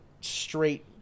straight